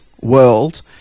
world